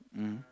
mm